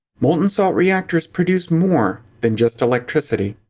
molten salt reactors produce more than just electricity.